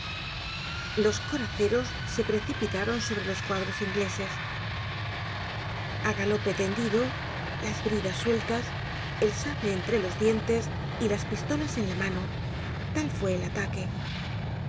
los coraceros se precipitaron sobre los cuadros ingleses a galope tendido las bridas sueltas el sable entre los dientes y las pistolas en la mano tal fue el ataque